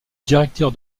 directeur